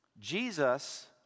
Jesus